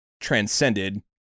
transcended